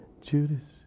Judas